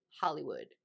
Hollywood